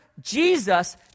Jesus